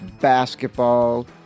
basketball